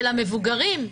ולמבוגרים,